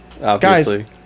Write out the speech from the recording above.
Guys